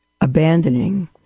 abandoning